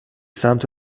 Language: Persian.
سمت